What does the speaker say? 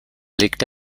legte